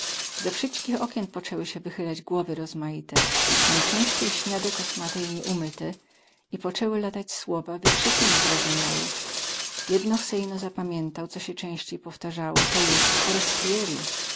ze wsyćkich okien pocęły sie wychylać głowy rozmaite najcęściej śniade kosmate i nie umyte i pocęły latać słowa wykrzyki niezrozumiałe jednoch se ino zapamiętał co się cęściej powtarzało to jest forestieri